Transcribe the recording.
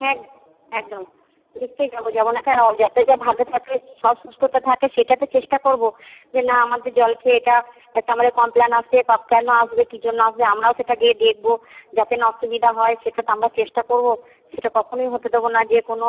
হ্যাঁ একদম নিশ্চয়ই যাবো যাবো না কেন যাতে যা ভালো থাকে সব সুস্থতা থাকে সেটাতে তো চেষ্টা করবো যে না আমাদের জল খেয়ে এটা একটা আমাদের কমপ্লেন আছে এটা কেন আসবে কি জন্য আসবে আমরাও তো সেটা গিয়ে দেখবো যাতে না অসুবিধা হয় সেটা তো আমরা চেষ্টা করবো সেটা কখনোই হতে দেবো না যে কোনো